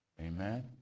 amen